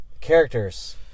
Characters